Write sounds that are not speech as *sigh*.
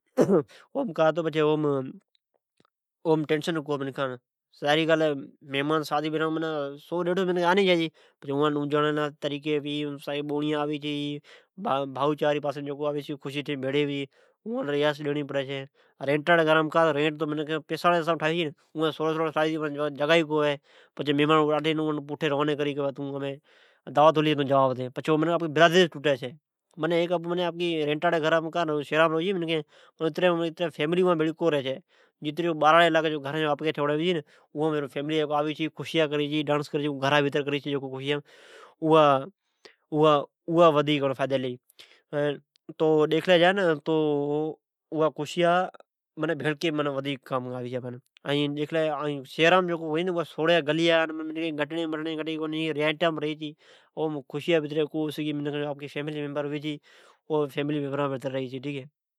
اوم *noise* کا ھی تے منکھنان ٹینس کونئ بھوی کا تو بئا بداڑی سو ڈیڈسو منکھین آوی چھی بھائو بوڑیا آوی ڈجی میمان جام آوی اوین لے جگا تو ھئی ، رینٹا گھرا مین کا ھی تو اوی لالچا جی حساب سے ٹھواڑی جگا سوڑی ھوی چھے پھی آدی مہمان پوٹھے جائی چھئ پچھے آپکے بردرا سئ ٹوتے چھی شھرا مین جگا سوڑی ھوی این باراڑی مین سجی فیملئ بھری رھی چھے ۔ تو اٹھو جام جگا ھوی چھے، *hesitation* اوم خشیاب جام ھوی چھے ،شھرا کا ھے تو گلئا سوڑیا ھئی چھے تو پچھے اتری خشی کو ھوی بس آپکی فیملی ھوی چھی۔